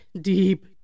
deep